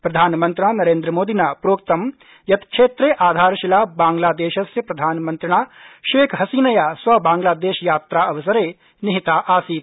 प्रधानमन्त्रिणा नरेन्द्रमोदिना प्रोक्तं यत् क्षेत्रे आधारशिला बांग्लादेशस्य प्रधानमन्त्रिणा शेख हसीनया स्वबांग्लादेशयात्रावसरे निहिता आसीत्